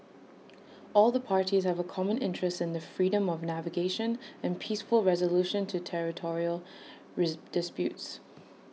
all the parties have A common interest in the freedom of navigation and peaceful resolution to territorial disputes